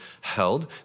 held